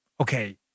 okay